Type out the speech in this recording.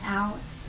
out